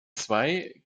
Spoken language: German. zwei